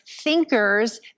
thinkers